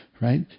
right